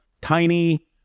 tiny